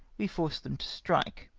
we forced them to strike.